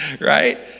right